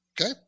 Okay